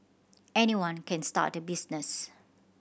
anyone can start a business